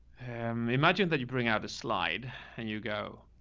um, imagine that you bring out the slide and you go.